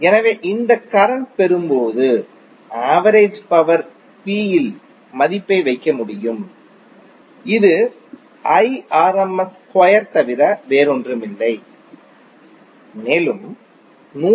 எனவே இந்த கரண்ட் பெறும்போது ஆவரேஜ் பவர் P இல் மதிப்பை வைக்க முடியும் இது Irms ஸ்கொயர் தவிர வேறொன்றுமில்லை மேலும் 133